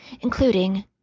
including